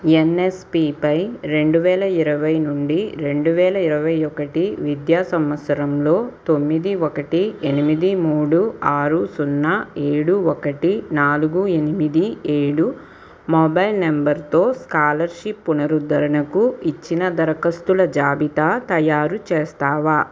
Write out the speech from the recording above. యన్యస్పిపై రెండు వేల ఇరవై నుండి రెండు వేల ఇరవై ఒకటి విద్యా సంవత్సరంలో తొమ్మిది ఒకటి ఎనిమిది మూడు ఆరు సున్నా ఏడు ఒకటి నాలుగు ఎనిమిది ఏడు మొబైల్ నెంబర్తో స్కాలర్షిప్ పునరుద్ధరణకు ఇచ్చిన దరఖాస్తుల జాబితా తయారు చేస్తావా